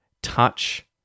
Touch